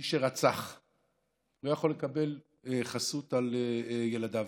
מי שרצח לא יכול לקבל חסות על ילדיו,